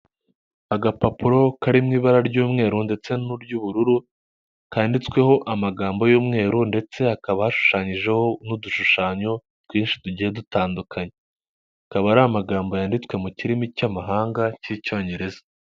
Agapapuro kari mu ibara ry'umweru ndetse n'iry'ubururu kandiditseho amagambo y'umweru ndetse hakaba hashushanyijeho nk'udushushanyo twinshi tugiye dutandukanye akaba ari amagambo yanditswe mu kirimi cy'amahanga cy'icyongereza.